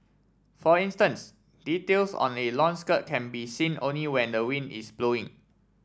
for instance details on a long skirt can be seen only when the wind is blowing